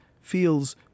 feels